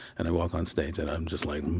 and i walk on stage and i'm just like